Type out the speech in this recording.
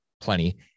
plenty